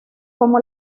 como